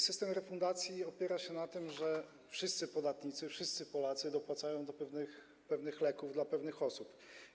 System refundacji opiera się na tym, że wszyscy podatnicy, wszyscy Polscy dopłacają do pewnych leków dla pewnych osób.